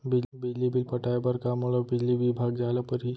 बिजली बिल पटाय बर का मोला बिजली विभाग जाय ल परही?